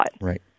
Right